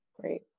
great